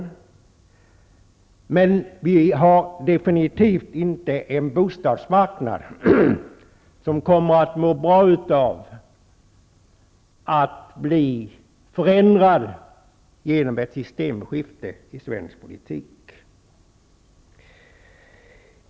Vi har däremot absolut inte en bostadsmarknad som kommer att må bra av att bli förändrad på grund av ett systemskifte i svensk politik.